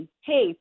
Hey